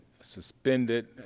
suspended